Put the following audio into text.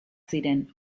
ziren